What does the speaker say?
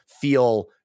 feel